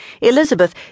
Elizabeth